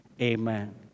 amen